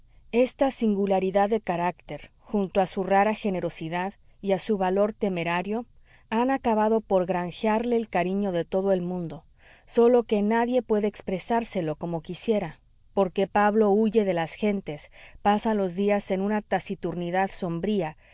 esta singularidad de carácter junta a su rara generosidad y a su valor temerario han acabado por granjearle el cariño de todo el mundo sólo que nadie puede expresárselo como quisiera porque pablo huye de las gentes pasa los días en una taciturnidad sombría